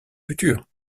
futurs